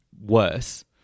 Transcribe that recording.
worse